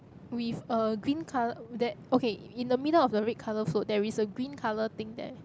with a green colour there~ okay in the middle of the red colour float there is a green colour thing there